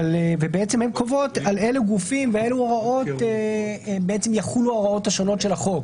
הן קובעות על אלו גופים ואלו הוראות יחולו ההוראות השונות של החוק: